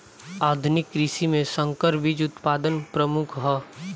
आधुनिक कृषि में संकर बीज उत्पादन प्रमुख ह